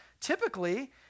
typically